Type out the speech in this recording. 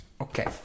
okay